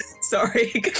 Sorry